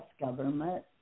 government